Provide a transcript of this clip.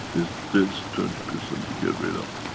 is this twenty percent to get rid of.